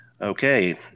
Okay